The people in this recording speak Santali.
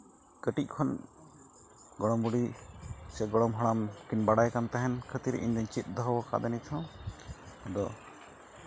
ᱠᱟᱹᱴᱤᱡ ᱠᱷᱚᱱ ᱜᱚᱲᱚᱢ ᱵᱩᱰᱷᱤ ᱥᱮ ᱜᱚᱲᱚᱢ ᱦᱟᱲᱟᱢ ᱠᱤᱱ ᱵᱟᱲᱟᱭ ᱠᱟᱱ ᱛᱟᱦᱮᱱ ᱠᱷᱟᱹᱛᱤᱨ ᱤᱧᱫᱚ ᱪᱮᱫ ᱫᱚᱦᱚ ᱠᱟᱫᱟ ᱱᱤᱛᱦᱚᱸ ᱟᱫᱚ